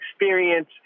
experience